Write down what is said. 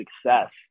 success